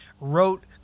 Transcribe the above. wrote